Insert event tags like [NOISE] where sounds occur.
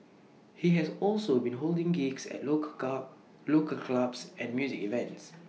he has also been holding gigs at local [UNINTELLIGIBLE] local clubs and music events